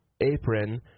apron